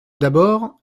d’abord